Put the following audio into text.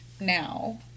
now